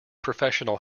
professional